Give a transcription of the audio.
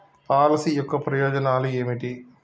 Policy యొక్క ప్రయోజనాలు ఏమిటి?